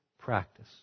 practice